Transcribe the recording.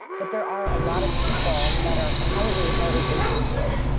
but there are a lot of people that are highly, highly impacted